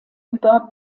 über